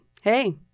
Hey